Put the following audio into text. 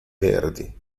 verdi